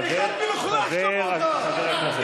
חבר הכנסת, בבקשה.